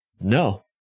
No